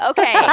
Okay